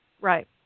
Right